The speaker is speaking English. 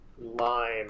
line